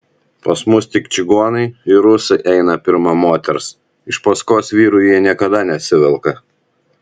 pas mus tik čigonai ir rusai eina pirma moters iš paskos vyrui ji niekada nesivelka